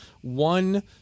one